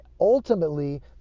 ultimately